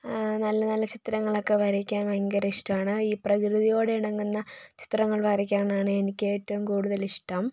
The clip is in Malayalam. നല്ല നല്ല ചിത്രങ്ങളൊക്കെ വരയ്ക്കാൻ ഭയങ്കര ഇഷ്ടമാണ് ഈ പ്രകൃതിയോടിണങ്ങുന്ന ചിത്രങ്ങൾ വരക്കാനാണ് എനിക്ക് ഏറ്റവും കൂടുതൽ ഇഷ്ടം